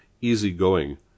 easy-going